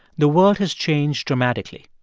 the world has changed dramatically.